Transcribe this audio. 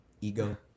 Ego